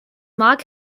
mark